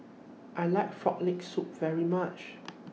I like Frog Leg Soup very much